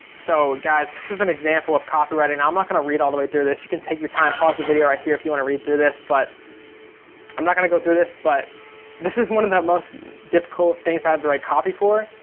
so guys, this is an example of copy writing. i'm not gonna read all the way through this. you can take your time, pause the video right here if you want to read through this. but i'm not gonna go through this, but this is one of the most difficult things i had to write copy for.